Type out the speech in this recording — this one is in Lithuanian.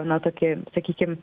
na tokį sakykim